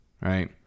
right